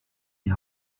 die